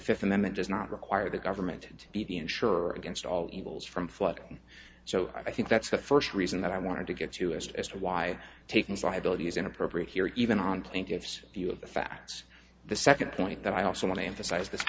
fifth amendment does not require the government to insure against all evils from flooding so i think that's the first reason that i wanted to get to it as to why takings liability is inappropriate here even on plaintiffs view of the facts the second point that i also want to emphasize this